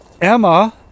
Emma